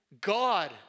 God